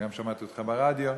גם שמעתי אותך ברדיו,